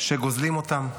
שגוזלים אותם,